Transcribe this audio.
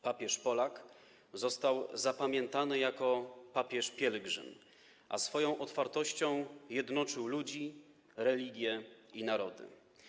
Papież Polak został zapamiętany jako papież pielgrzym, a swoją otwartością jednoczył ludzi, religie i narody.